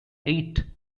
eight